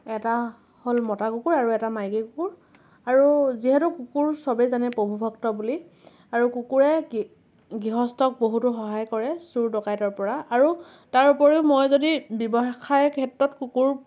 এটা হ'ল মতা কুকুৰ আৰু এটা মাইকী কুকুৰ আৰু যিহেতু কুকুৰ চবেই জানে প্ৰভু ভক্ত বুলি আৰু কুকুৰে গৃহস্থক বহুতো সহায় কৰে চোৰ ডকাইতৰ পৰা আৰু তাৰোপৰিও মই যদি ব্যৱসায় ক্ষেত্ৰত কুকুৰ